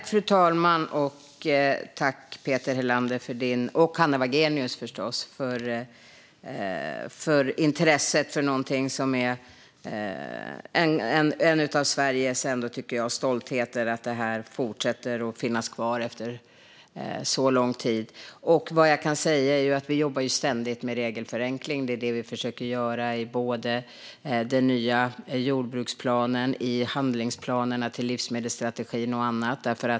Fru talman! Jag tackar Peter Helander och, förstås, Hanna Wagenius för intresset för en av Sveriges stoltheter, som lever kvar efter så lång tid. Vi jobbar ständigt med regelförenkling, och det försöker vi också göra i den nya jordbruksplanen, i handlingsplanerna för livsmedelsstrategin med mera.